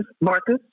Marcus